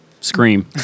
scream